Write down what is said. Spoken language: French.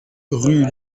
rue